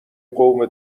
قوم